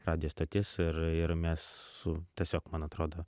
radijo stotis ir ir mes su tiesiog man atrodo